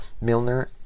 Milner